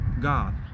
God